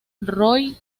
roy